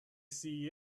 see